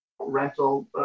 Rental